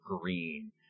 green